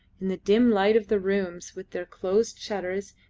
in the dim light of the rooms with their closed shutters,